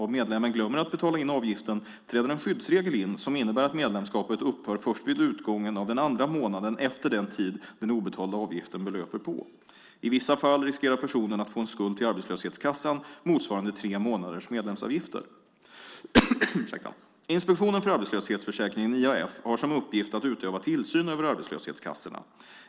Om medlemmen glömmer att betala in avgiften träder en skyddsregel in som innebär att medlemskapet upphör först vid utgången av den andra månaden efter den tid den obetalda avgiften gäller. I dessa fall riskerar personen att få en skuld till arbetslöshetskassan motsvarande tre månaders medlemsavgifter. Inspektionen för arbetslöshetsförsäkringen har som uppgift att utöva tillsyn över arbetslöshetskassorna.